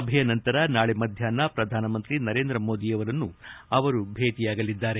ಸಭೆಯ ನಂತರ ನಾಳೆ ಮಧ್ಯಾಪ್ನ ಪ್ರಧಾನಮಂತ್ರಿ ನರೇಂದ್ರ ಮೋದಿಯವರನ್ನು ಭೇಟಿಯಾಗಲಿದ್ದಾರೆ